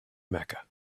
mecca